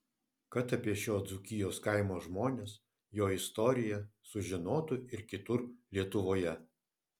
kad apie šio dzūkijos kaimo žmones jo istoriją sužinotų ir kitur lietuvoje